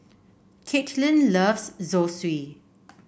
Caitlin loves Zosui